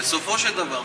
בסופו של דבר,